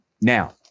Now